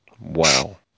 Wow